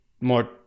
more